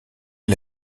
est